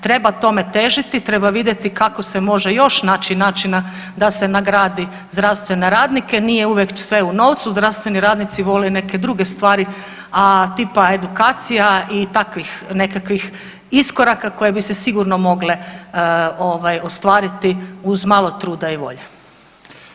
Treba tome težiti i treba vidjeti kako se može još naći načina da se nagradi zdravstvene radnike, nije uvijek sve u novcu, zdravstveni radnici vole i neke druge stvari, a tipa edukacija i takvih nekakvih iskoraka koje bi se sigurno mogle ovaj ostvariti uz malo truda i volje.